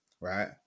right